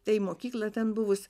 tai mokykla ten buvus